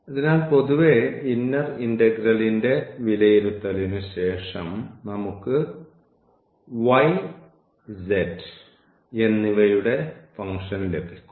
അതിനാൽ പൊതുവേ ഇന്നർ ഇന്റഗ്രലിന്റെ വിലയിരുത്തലിനുശേഷം നമുക്ക് y z എന്നിവയുടെ ഫംഗ്ഷൻ ലഭിക്കും